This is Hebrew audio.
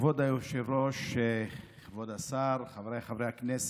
כבוד היושב-ראש, כבוד השר, חבריי חברי הכנסת,